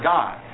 God